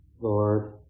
Lord